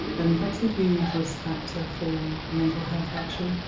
and that's a huge risk factor for mental health actually.